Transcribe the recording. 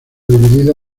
dividida